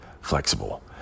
flexible